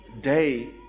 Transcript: day